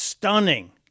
Stunning